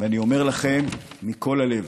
ואני אומר לכם מכל הלב: